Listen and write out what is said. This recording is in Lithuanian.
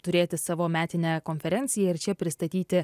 turėti savo metinę konferenciją ir čia pristatyti